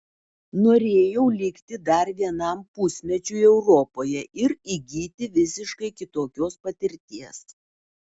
norėjau likti dar vienam pusmečiui europoje ir įgyti visiškai kitokios patirties